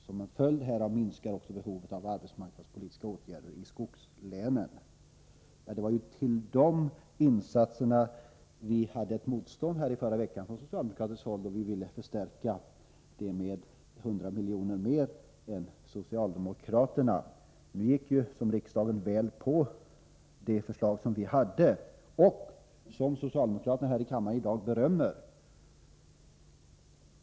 Som en följd härav minskar också behovet av arbetsmarknadspolitiska åtgärder i skogslänen.” Det var till de insatserna vi i förra veckan mötte ett motstånd från socialdemokratiskt håll, då vi ville förstärka anslaget med 100 milj.kr. mer än socialdemokraterna föreslagit. Riksdagen biföll som väl var vårt förslag, som socialdemokraterna i dag berömmer.